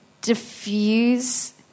diffuse